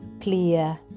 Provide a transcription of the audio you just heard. clear